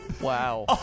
Wow